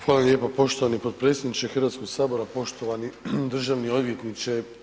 Hvala lijepa poštovani potpredsjedniče Hrvatskog sabora, poštovani državni odvjetniče.